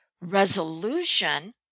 resolution